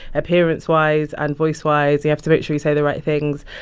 appearance-wise and voice-wise. you have to make sure you say the right things.